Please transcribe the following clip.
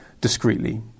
discreetly